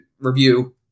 review